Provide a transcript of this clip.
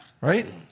Right